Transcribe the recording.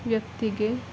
ವ್ಯಕ್ತಿಗೆ